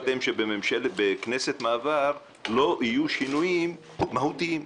שבכנסת מעבר לא יהיו שינויים מהותיים.